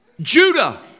Judah